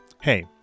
hey